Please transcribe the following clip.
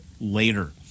later